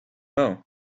know